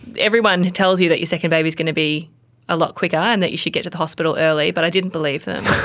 everyone tells you that your second baby is going to be a lot quicker and that you should get to the hospital early, but i didn't believe them,